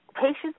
Patients